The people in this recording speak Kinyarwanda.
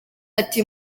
ati